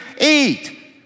eat